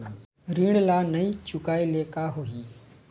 ऋण ला नई चुकाए ले का होही?